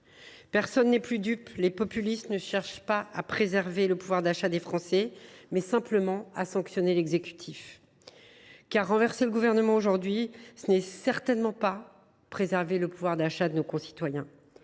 Personne n’est plus dupe : les populistes ne cherchent pas à préserver le pouvoir d’achat des Français, mais simplement à sanctionner l’exécutif. Car renverser le Gouvernement aujourd’hui, ce n’est certainement pas préserver le pouvoir d’achat de nos concitoyens.